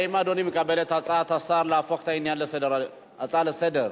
האם אדוני מקבל את הצעת השר להפוך את העניין להצעה לסדר-היום?